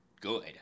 good